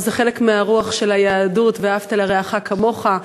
הלוא זה חלק מהרוח של היהדות: "ואהבת לרעך כמוך",